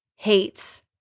hates